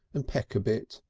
and peck a bit.